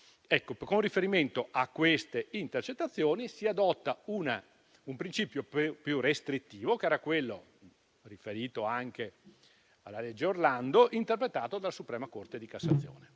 Con riferimento a queste intercettazioni si adotta un principio più restrittivo, che era quello riferito anche alla legge Orlando, interpretato dalla Corte di cassazione,